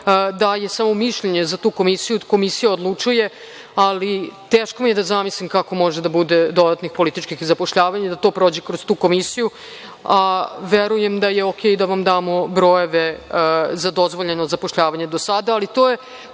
daje samo mišljenje za tu komisiju, komisija odlučuje, ali teško mi je da zamislim kako može da bude dodatnih političkih zapošljavanja, da to prođe kroz tu komisiju, a verujem da je okej da vam damo brojeve za dozvoljeno zapošljavanje do sada, ali to jeste